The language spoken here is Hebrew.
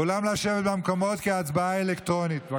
כולם לשבת במקומות, בבקשה, כי ההצבעה אלקטרונית.